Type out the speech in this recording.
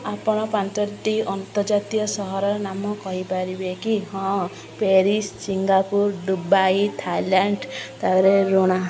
ଆପଣ ପାଞ୍ଚଟି ଅନ୍ତର୍ଜାତୀୟ ସହରର ନାମ କହିପାରିବେ କି ହଁ ପ୍ୟାରିିସ ସିଙ୍ଗାପୁର ଦୁବାଇ ଥାଇଲାଣ୍ଡ ତା'ପରେ ଋଣା